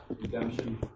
Redemption